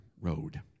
Road